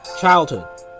Childhood